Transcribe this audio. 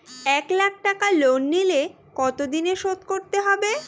এক লাখ টাকা লোন নিলে কতদিনে শোধ করতে হবে?